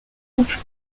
coupe